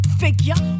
figure